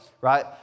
right